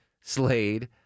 slade